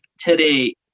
today